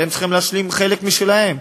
אבל הם צריכים להשלים חלק משלהם.